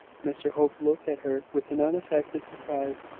mr hope looked at her with an unaffected surprise,